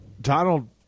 Donald